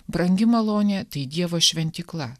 brangi malonė tai dievo šventykla